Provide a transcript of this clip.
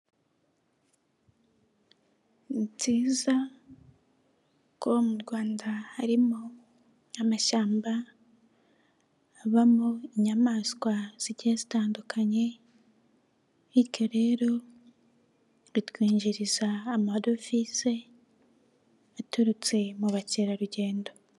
Ni byiza ko mu rwanda harimo amashyamba abamo inyamaswa zigiye zitandukanye, bityo rero ritwinjiriza amadovize aturutse mu bakerarugendo.